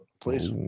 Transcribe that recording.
Please